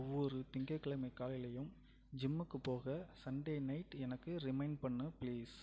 ஒவ்வொரு திங்கட்கிழமை காலையிலயும் ஜிம்முக்கு போக சண்டே நைட் எனக்கு ரிமைண்ட் பண்ணு ப்ளீஸ்